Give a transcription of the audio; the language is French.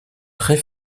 très